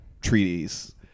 treaties